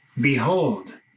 Behold